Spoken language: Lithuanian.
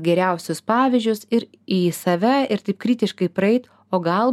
geriausius pavyzdžius ir į save ir taip kritiškai praeiti o gal